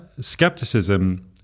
skepticism